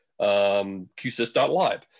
qsys.lib